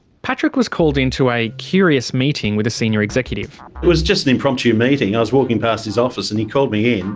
patrick was called into a curious meeting with a senior executive. it was just an impromptu meeting, i was walking past his office and he called me in.